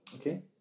okay